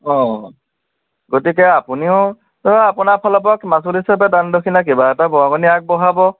অঁ গতিকে আপুনিও আপোনাৰ ফালৰপৰা মাচুল হিচাপে দান দক্ষিণা কিবা এটা বৰঙনি আগবঢ়াব